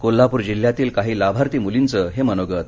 कोल्हापूर जिल्ह्यातील काही लाभार्थी मुलीचं हे मनोगत